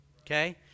okay